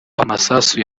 amasasu